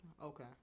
okay